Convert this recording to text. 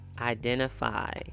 identify